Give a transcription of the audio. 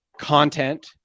content